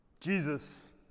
Jesus